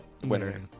Winner